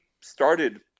started